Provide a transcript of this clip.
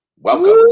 Welcome